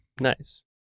Nice